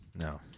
No